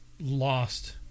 lost